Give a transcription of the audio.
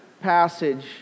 passage